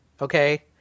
Okay